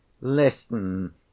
Listen